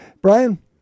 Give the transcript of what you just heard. Brian